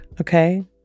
okay